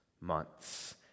months